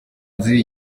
impunzi